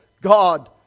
God